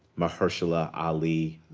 mahershala ali,